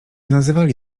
nazywali